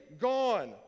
gone